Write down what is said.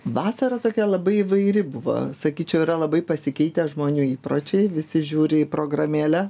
vasara tokia labai įvairi buvo sakyčiau yra labai pasikeitę žmonių įpročiai visi žiūri į programėlę